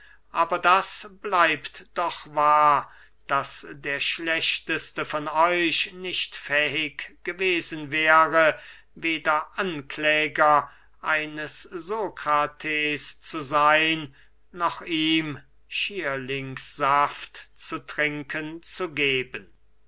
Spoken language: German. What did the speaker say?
aber das bleibt doch wahr daß der schlechteste von euch nicht fähig gewesen wäre weder ankläger eines sokrates zu seyn noch ihm schierlingssaft zu trinken zu geben